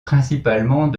principalement